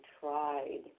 tried